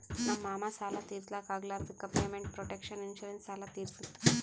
ನಮ್ ಮಾಮಾ ಸಾಲ ತಿರ್ಸ್ಲಕ್ ಆಗ್ಲಾರ್ದುಕ್ ಪೇಮೆಂಟ್ ಪ್ರೊಟೆಕ್ಷನ್ ಇನ್ಸೂರೆನ್ಸ್ ಸಾಲ ತಿರ್ಸುತ್